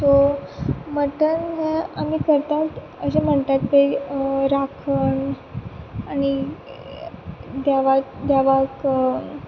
so mutton हें आमी करतात अशें म्हणटात पय राखण आनी देवाक देवाक